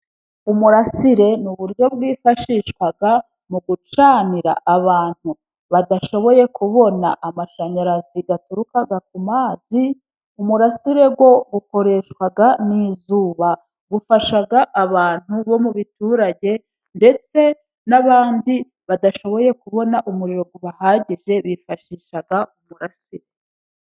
Umurasire, ni uburyo bwifashishwa mu gucanira abantu badashoboye kubona amashanyarazi aturuka ku mazi, umurasire wo ukoreshwa n'izuba. Ufasha abantu bo mu biturage, ndetse n'abandi badashoboye kubona umuriro ubahagije bifashisha umurasire.